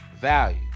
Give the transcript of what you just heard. value